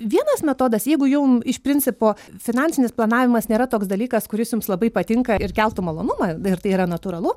vienas metodas jeigu jum iš principo finansinis planavimas nėra toks dalykas kuris jums labai patinka ir keltų malonumą ir tai yra natūralu